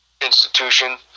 institution